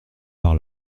par